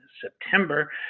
September